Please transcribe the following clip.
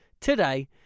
today